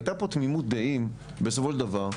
הייתה פה תמימות דעים בסופו של דבר.